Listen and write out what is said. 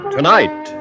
Tonight